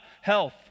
Health